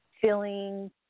feeling